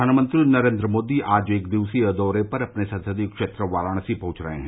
प्रधानमंत्री नरेन्द्र मोदी आज एक दिवसीय दौरे पर अपने संसदीय क्षेत्र वाराणसी पहुंच रहे हैं